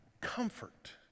comfort